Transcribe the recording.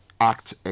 act